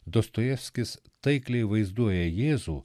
dostojevskis taikliai vaizduoja jėzų